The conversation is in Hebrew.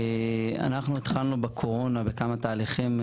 אנחנו התחלנו בקורונה בכמה תהליכים,